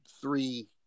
three